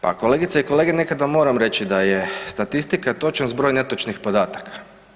Pa kolegice i kolege nekad vam moram reći da je statistika točan zbroj netočnih podataka.